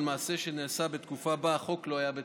מעשה שנעשה בתקופה שבה החוק לא היה בתוקף.